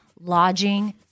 lodging